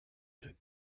deux